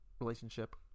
relationship